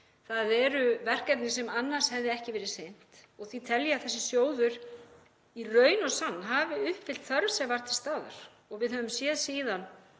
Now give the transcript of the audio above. Það eru verkefni sem annars hefði ekki verið sinnt. Því tel ég að þessi sjóður hafi í raun og sann uppfyllt þörf sem var til staðar. Við höfum séð síðan